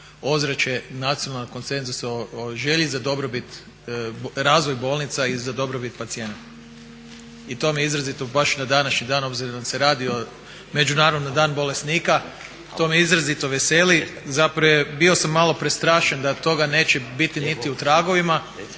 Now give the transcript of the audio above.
ozračje nacionalnog konsenzusa o želji za dobrobit, razvoj bolnica i za dobrobit pacijenata. I to me izrazito baš na današnji dan, obzirom da nam se radi o Međunarodnom danu bolesnika, to me izrazito veseli. Zapravo bio sam malo prestrašen da od toga neće biti niti u tragovima